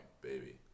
baby